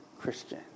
Christian